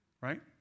Right